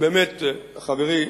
באמת חברי,